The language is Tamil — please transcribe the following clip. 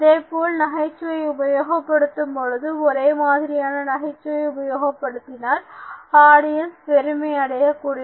அதைப்போல் நகைச்சுவையை உபயோகப்படுத்தும் பொழுது ஒரே மாதிரியான நகைச்சுவையை உபயோகிப்பதனால் ஆடியன்ஸ் வெறுமை அடையக்கூடும்